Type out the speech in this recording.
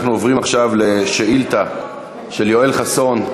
אנחנו עוברים עכשיו לשאילתה של יואל חסון.